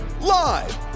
live